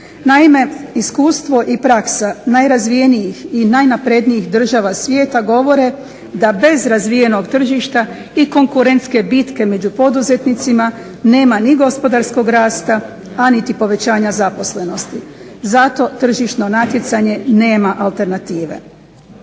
Naime, iskustvo i praksa najrazvijenijih i najnaprednijih država svijeta govore da bez razvijenog tržišta i konkurentske bitke među poduzetnicima nema ni gospodarskog rasta, a niti povećanja zaposlenosti. Zato tržišno natjecanje nema alternative.